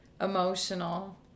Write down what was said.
emotional